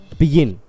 begin